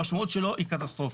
המשמעות שלו היא קטסטרופה.